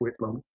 Whitlam